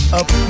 up